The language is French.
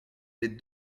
des